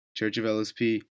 churchofLSP